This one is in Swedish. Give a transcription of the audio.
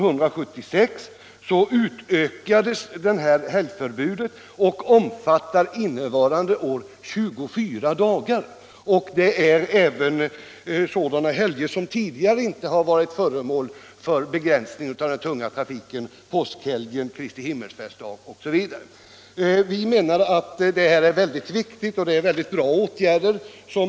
För innevarande år har tiden utökats till 24 dagar. Förbudet gäller numera även under sådana helger då det tidigare inte har rått någon begränsning av den tunga trafiken — påskhelgen, Kristi Himmelfärdsdag osv. Trafikutskottet anser att det s.k. helgförbudet är en mycket bra åtgärd.